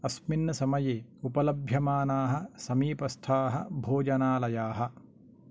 अस्मिन् समये उपलभ्यमानाः समीपस्थाः भोजनालयाः